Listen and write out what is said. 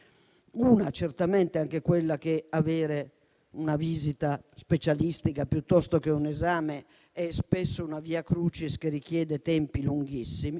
Una è certamente quella per cui avere una visita specialistica piuttosto che un esame è spesso una Via Crucis che richiede tempi lunghissimi.